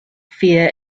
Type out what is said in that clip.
fear